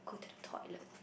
go to the toilet